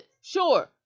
sure